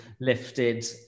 lifted